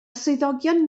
swyddogion